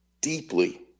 deeply